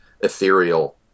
ethereal